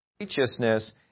righteousness